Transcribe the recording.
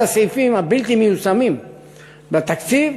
אחד הסעיפים הבלתי-מיושמים בתקציב